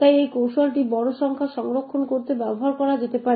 তাই এই কৌশলটি বড় সংখ্যা সংরক্ষণ করতে ব্যবহার করা যেতে পারে